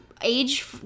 age